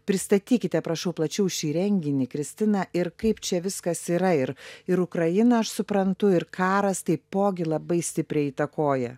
pristatykite prašau plačiau šį renginį kristina ir kaip čia viskas yra ir ir ukrainą aš suprantu ir karas taipogi labai stipriai įtakoja